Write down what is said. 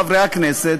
חברי הכנסת,